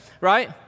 right